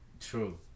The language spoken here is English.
True